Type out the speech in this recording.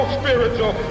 spiritual